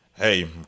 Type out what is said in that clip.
Hey